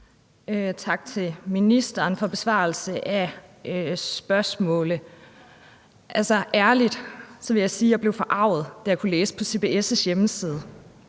Tak til ministeren for besvarelse af spørgsmålet. Altså, jeg vil ærligt sige, at jeg blev forarget, da jeg kunne læse på CBS' hjemmeside,